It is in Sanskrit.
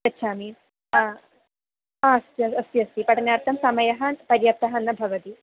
गच्छामि आ आ अस्ति अस्ति अस्ति पठनार्थं समयः पर्याप्तः न भवति